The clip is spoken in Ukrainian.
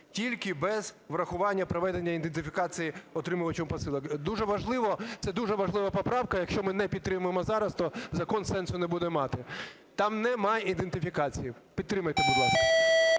тільки без врахування проведення ідентифікації отримувачем посилок. Дуже важливо, це дуже важлива поправка, якщо ми не підтримаємо зараз, то закон сенсу не буде мати. Там нема ідентифікації. Підтримайте, будь ласка.